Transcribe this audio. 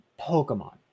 Pokemon